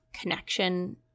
connection